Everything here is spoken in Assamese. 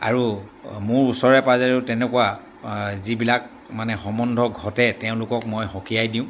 আৰু মোৰ ওচৰে পাজৰেও তেনেকুৱা যিবিলাক মানে সম্বন্ধ ঘটে তেওঁলোকক মই হকিয়াই দিওঁ